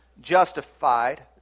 Justified